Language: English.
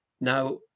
Now